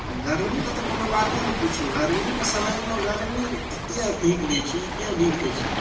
गरमीके तऽ कोनो बाते नहि पुछू गरमीके समयमे गरमी एते अधिक दै छै एते अधिक दै छै